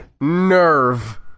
nerve